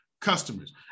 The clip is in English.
Customers